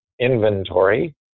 inventory